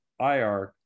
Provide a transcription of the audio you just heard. IARC